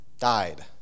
died